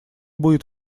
будет